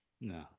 No